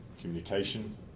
communication